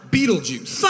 Beetlejuice